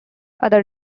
other